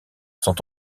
sont